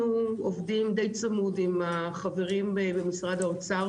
אנחנו עובדים די צמוד עם החברים במשרד האוצר.